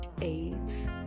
AIDS